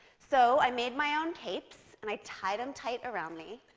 so i made my own capes, and i tied them tight around me.